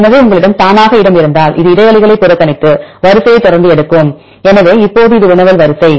எனவே உங்களிடம் தானாக இடம் இருந்தால் இது இடைவெளிகளைப் புறக்கணித்து வரிசையை தொடர்ந்து எடுக்கும் எனவே இப்போது இது வினவல் வரிசை